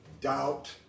Doubt